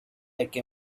like